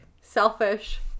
selfish